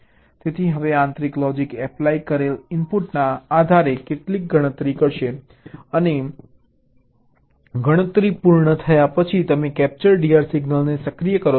તેથી હવે આંતરિક લોજીક એપ્લાય કરેલ ઇનપુટના આધારે કેટલીક ગણતરી કરશે અને ગણતરી પૂર્ણ થયા પછી તમે કેપ્ચર DR સિગ્નલને સક્રિય કરો છો